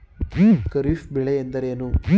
ಖಾರಿಫ್ ಬೆಳೆ ಎಂದರೇನು?